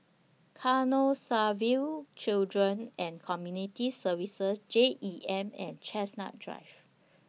Canossaville Children and Community Services J E M and Chestnut Drive